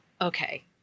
okay